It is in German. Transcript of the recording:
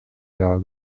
jahr